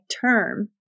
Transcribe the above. term